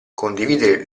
condividere